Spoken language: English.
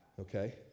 okay